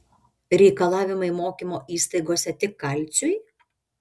reikalavimai mokymo įstaigose tik kalciui